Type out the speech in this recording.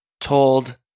told